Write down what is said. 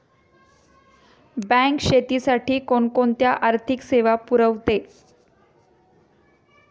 Bank शेतीसाठी कोणकोणत्या आर्थिक सेवा पुरवते?